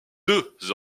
deux